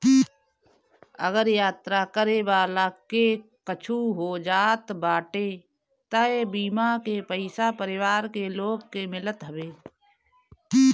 अगर यात्रा करे वाला के कुछु हो जात बाटे तअ बीमा के पईसा परिवार के लोग के मिलत हवे